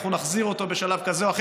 אנחנו נחזיר אותו בשלב כזה או אחר,